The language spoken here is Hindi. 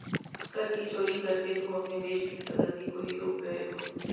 कर की चोरी करके तुम अपने देश की प्रगती को ही रोक रहे हो